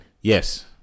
Yes